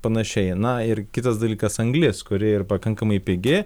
panašiai na ir kitas dalykas anglis kuri ir pakankamai pigi